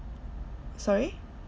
sorry